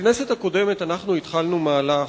בכנסת הקודמת התחלנו מהלך,